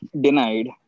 denied